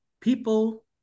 people